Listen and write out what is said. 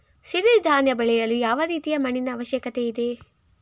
ಸಿರಿ ಧಾನ್ಯ ಬೆಳೆಯಲು ಯಾವ ರೀತಿಯ ಮಣ್ಣಿನ ಅವಶ್ಯಕತೆ ಇದೆ?